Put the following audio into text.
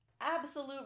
absolute